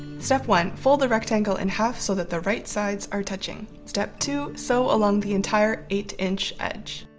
step one. fold the rectangle in half so that the right sides are touching. step two. sew along the entire eight inch edge.